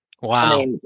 Wow